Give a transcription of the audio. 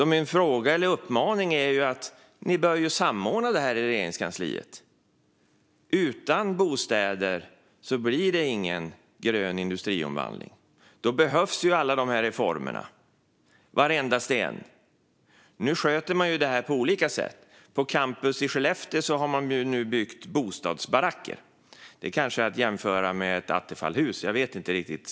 Min uppmaning är att ni bör samordna detta i Regeringskansliet. Utan bostäder blir det ingen grön industriomvandling. Alla reformerna behövs, varendaste en. Nu sköter man det på olika sätt. På campus i Skellefteå har man nu byggt bostadsbaracker, som kanske kan jämföras med attefallshus i storlek; jag vet inte riktigt.